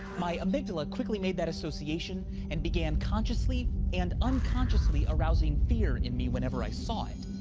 my amygdala quickly made that association and began consciously and unconsciously arousing fear in me whenever i saw it.